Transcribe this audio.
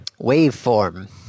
Waveform